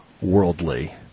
worldly